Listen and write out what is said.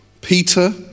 Peter